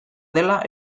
dela